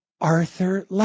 Arthur